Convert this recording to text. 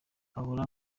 bahora